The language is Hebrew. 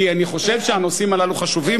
כי אני חושב שהנושאים הללו חשובים,